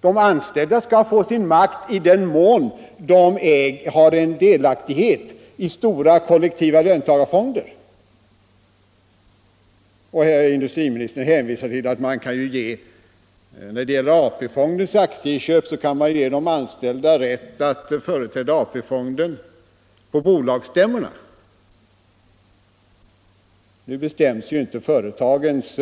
De anställda skall få sin makt i den mån de har delaktighet i stora kollektiva löntagarfonder. Herr industriministern hänvisar till att man när det gäller AP-fondens aktieköp skall ge de anställda rätt att företräda AP-fonden på bolagsstämmorna. Nu bestäms ju inte företagens